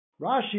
Rashi